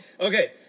Okay